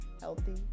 healthy